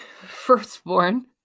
firstborn